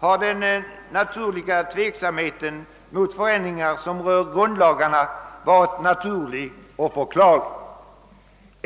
har den naturliga tveksamheten mot förändringar, som rör grundlagarna, varit naturlig och förklarlig.